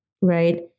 right